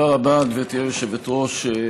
תודה רבה, גברתי היושבת-ראש.